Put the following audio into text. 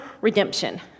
redemption